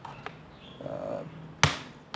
uh